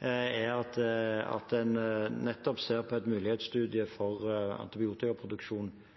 er at en nettopp ser på en mulighetsstudie for antibiotikaproduksjon